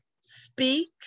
speak